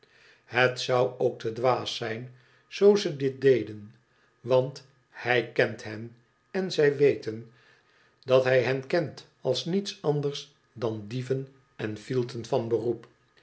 het zou ook te dwaas zijn zoo ze dit deden want hij kent hen en zij weten dat hij hen kent als niets anders dan dieven en fielten van beroep